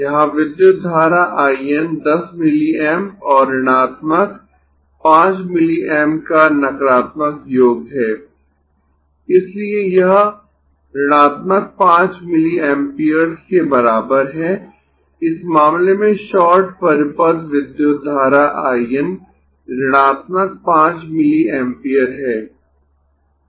यहां विद्युत धारा I N 10 मिलीएम्प और ऋणात्मक 5 मिलीएम्प का नकरात्मक योग है इसलिए यह ऋणात्मक 5 मिली एम्पीयर्स के बराबर है इस मामले में शॉर्ट परिपथ विद्युत धारा I N ऋणात्मक 5 मिली एम्पीयर है